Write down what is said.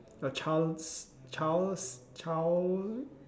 your child child child